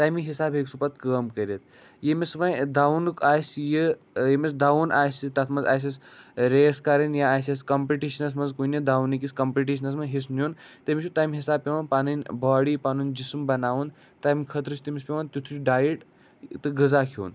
تَمہِ حِسابہٕ ہٮ۪کہِ سُہ پَتہٕ کٲم کٔرِتھ ییٚمِس وۅںۍ دَونُک آسہِ یہِ ییٚمِس دَوُن آسہِ تَتھ منٛز آسٮ۪س ریس کَرٕنۍ یا آسٮ۪س کَمپِٹِشَنس منٛز کُنہِ دَونہٕ کِس کَمپِٹشَنَس منٛز حِصہٕ نِیُن تٔمِس چھُ تَمہِ حِسابہٕ پٮ۪وان پَنٕنۍ بارڈی پَنُن جِسم بَناوُن تَمہِ خٲطرٕ چھُ تٔمِس پٮ۪وان تِتھُے ڈایِٹ تہٕ غذاہ کھٮ۪ون